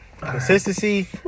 Consistency